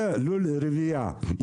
לול רבייה,